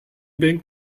ben